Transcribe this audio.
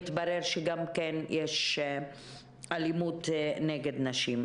מתברר שגם יש אלימות נגד נשים.